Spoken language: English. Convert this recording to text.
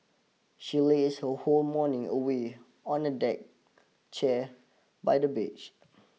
she lazed her whole morning away on a deck chair by the beach